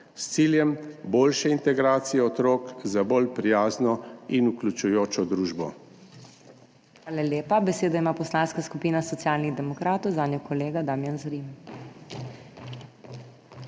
s ciljem boljše integracije otrok za bolj prijazno in vključujočo družbo.